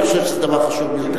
אני חושב שזה דבר חשוב ביותר.